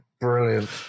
Brilliant